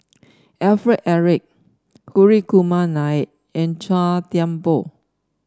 Alfred Eric Hri Kumar Nair and Chua Thian Poh